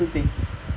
ya because like